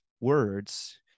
words